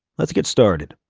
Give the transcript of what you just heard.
let's get started.